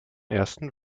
ersten